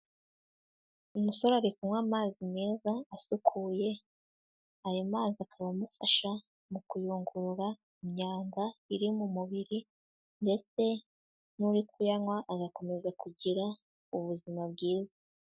Umusore ari kunywa amazi meza asukuye ayo mazi akaba amufasha mu kuyungurura imyanda iri mu mubiri ndetse n'uri kuyanywa agakomeza kugira ubuzima bwiza.